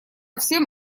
всем